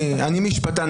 אני משפטן,